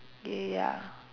ya